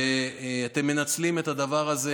ואתם מנצלים את הדבר הזה